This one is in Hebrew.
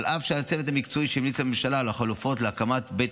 אף שהצוות המקצועי שהמליץ לממשלה על החלופות להקמת בית